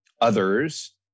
others